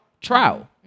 trial